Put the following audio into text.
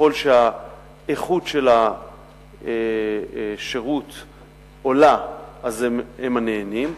וככל שהאיכות של השירות עולה, הם הנהנים.